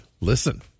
listen